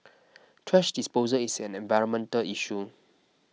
thrash disposal is an environmental issue